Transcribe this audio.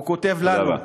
הוא כותב לנו: